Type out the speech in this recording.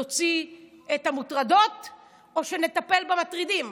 נוציא את המוטרדות או שנטפל במטרידים?